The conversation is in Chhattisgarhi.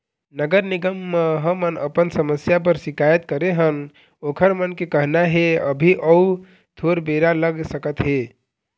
नगर निगम म हमन अपन समस्या बर सिकायत करे हन ओखर मन के कहना हे अभी अउ थोर बेरा लग सकत हे